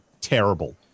terrible